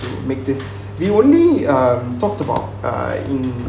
to make this the only um talk about uh in